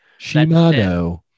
Shimano